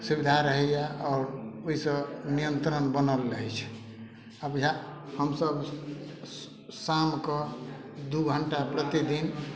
सुबिधा रहैया आओर ओहि सऽ नियन्त्रण बनल रहै छै आब इहए हमसब शाम कऽ दू घण्टा प्रतिदिन